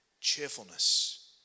cheerfulness